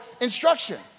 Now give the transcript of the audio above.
instruction